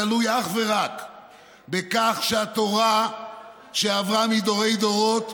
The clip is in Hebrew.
תלוי אך ורק בכך שהתורה עברה מדורי דורות,